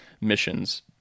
missions